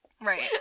Right